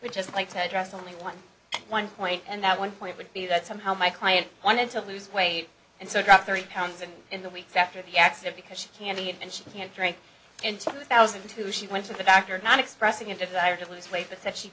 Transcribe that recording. just like to address only one one point and that one point would be that somehow my client wanted to lose weight and so dropped thirty pounds and in the weeks after the accident because she can't eat and she can't drink and two thousand two she went to the doctor not expressing a desire to lose weight but that she